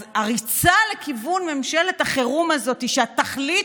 אז הריצה לכיוון ממשלת החירום הזאת שהתכלית